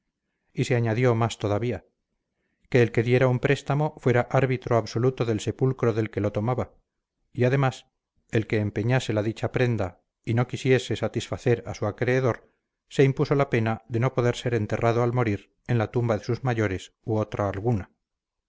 y se añadió más todavía que el que diera un préstamo fuera árbitro absoluto del sepulcro del que lo tomaba y además el que empeñase la dicha prenda y no quisiese satisfacer a su acreedor se impuso la pena de no poder ser enterrado al morir en la tumba de sus mayores u otra alguna